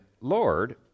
Lord